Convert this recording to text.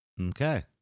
Okay